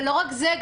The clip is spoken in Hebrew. ולא רק זה.